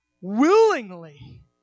willingly